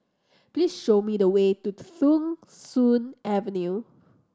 please show me the way to Thong Soon Avenue